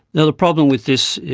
the problem with this,